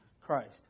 Christ